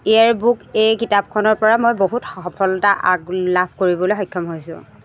year book এই কিতাপখনৰপৰা মই বহুত সফলতা আগ লাভ কৰিবলৈ সক্ষম হৈছোঁ